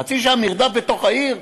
חצי שעה מרדף בתוך העיר?